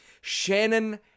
Shannon